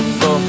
go